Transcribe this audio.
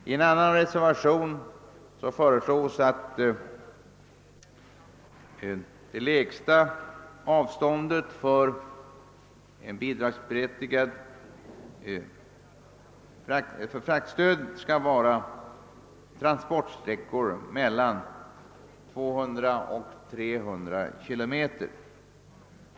I en annan reservation föreslås att kortaste avstånd för bidragsberättigad enskild sändning skall vara transportsträckor på 200—300 km.